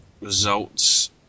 results